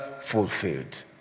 fulfilled